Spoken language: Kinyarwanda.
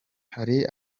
hari